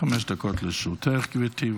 חמש דקות לרשותך, גברתי.